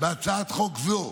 בהצעת חוק זו,